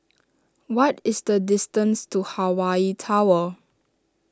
what is the distance to Hawaii Tower